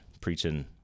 preaching